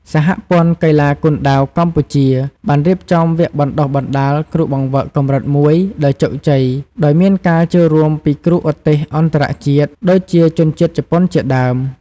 សហព័ន្ធកីឡាគុនដាវកម្ពុជា បានរៀបចំវគ្គបណ្ដុះបណ្ដាលគ្រូបង្វឹកកម្រិត ១ ដោយជោគជ័យ ដោយមានការចូលរួមពីគ្រូឧទ្ទេសអន្តរជាតិ ដូចជាជនជាតិជប៉ុនជាដើម។